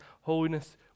holiness